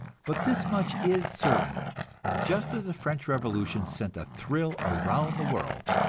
but this much is certain just as the french revolution sent a thrill around the world,